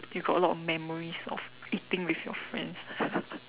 you got a lot memories of eating with your friends